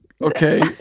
Okay